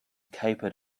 capered